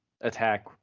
attack